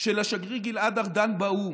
של השגריר גלעד ארדן באו"ם,